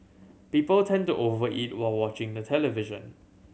people tend to over eat while watching the television